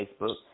Facebook